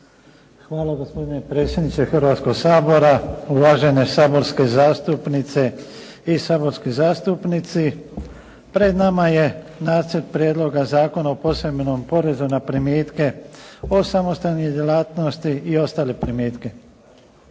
Hvala gospodine predsjedniče Hrvatskog sabora, uvažene saborske zastupnice i saborski zastupnici. Pred nama je nacrt Prijedlog zakona o posebnom porezu na primitke od samostalne djelatnosti i ostale primitke.